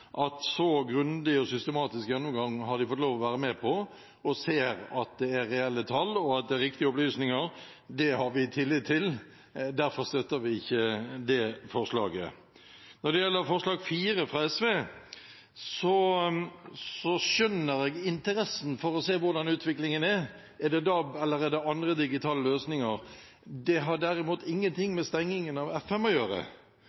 en så grundig og systematisk gjennomgang og ser at det er reelle tall, og at det er riktige opplysninger. Det har vi tillit til, derfor støtter vi ikke det forslaget. Når det gjelder forslag nr. 4, fra SV; så skjønner jeg interessen for å se hvordan utviklingen er, om det er DAB eller andre digitale løsninger. Det har derimot ingenting med stengingen av FM å gjøre,